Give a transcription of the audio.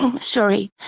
sorry